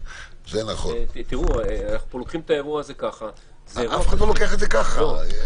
פקע"ר או מישהו שאתה בא אליו כאילו הוא